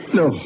no